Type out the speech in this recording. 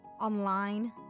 online